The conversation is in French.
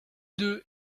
deux